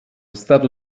stato